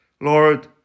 lord